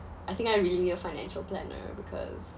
I think I really need a financial planner because